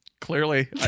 clearly